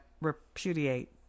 repudiate